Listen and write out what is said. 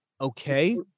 okay